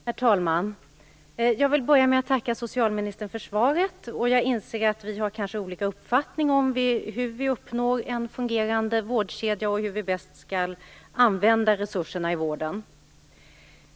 Herr talman! Jag vill börja med att tacka socialministern för svaret. Jag inser att vi kanske har olika uppfattningar om hur man uppnår en fungerande vårdkedja och om hur man bäst skall använda resurserna i vården.